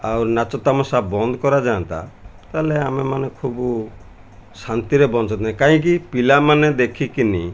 ଆଉ ନାଚ ତାମସା ବନ୍ଦ କରାଯାଆନ୍ତା ତା'ହେଲେ ଆମେ ମାନେ ଖୁବ୍ ଶାନ୍ତିରେ ବଞ୍ଚନ୍ତେ କାହିଁକି ପିଲାମାନେ ଦେଖିକିନି